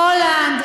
הולנד,